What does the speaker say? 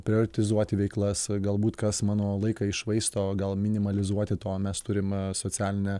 prioretizuoti veiklas galbūt kas mano laiką iššvaisto gal minimalizuoti to mes turim socialinę